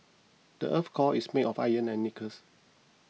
the earth's core is made of iron and nickels